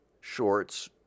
shorts